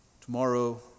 tomorrow